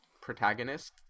protagonist